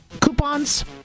coupons